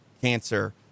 cancer